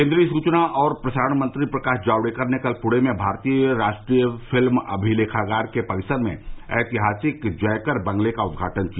केन्द्रीय सूचना और प्रसारण मंत्री प्रकाश जावड़ेकर ने कल पृणे में भारतीय राष्ट्रीय फिल्म अभिलेखागार के परिसर में ऐतिहासिक जयकर बंगले का उदघाटन किया